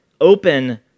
open